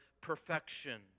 perfection